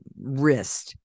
wrist